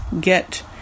get